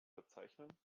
verzeichnen